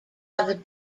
are